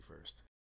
first